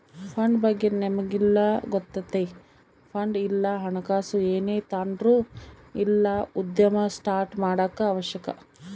fund ಬಗ್ಗೆ ನಮಿಗೆಲ್ಲ ಗೊತ್ತತೆ ಫಂಡ್ ಇಲ್ಲ ಹಣಕಾಸು ಏನೇ ತಾಂಡ್ರು ಇಲ್ಲ ಉದ್ಯಮ ಸ್ಟಾರ್ಟ್ ಮಾಡಾಕ ಅವಶ್ಯಕ